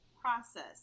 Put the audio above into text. process